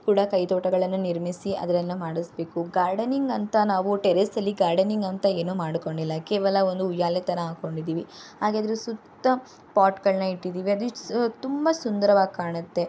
ಕೂಡ ಕೈತೋಟಗಳನ್ನು ನಿರ್ಮಿಸಿ ಅದನ್ನು ಮಾಡಿಸ್ಬೇಕು ಗಾರ್ಡನಿಂಗಂತ ನಾವು ಟೆರೇಸಲ್ಲಿ ಗಾರ್ಡನಿಂಗಂತ ಏನು ಮಾಡಿಕೊಂಡಿಲ್ಲ ಕೇವಲ ಒಂದು ಉಯ್ಯಾಲೆ ಥರ ಹಾಕ್ಕೊಂಡಿದೀವಿ ಹಾಗೆ ಅದರ ಸುತ್ತ ಪಾಟುಗಳ್ನ ಇಟ್ಟಿದೀವಿ ಅದು ತುಂಬ ಸುಂದರವಾಗಿ ಕಾಣುತ್ತೆ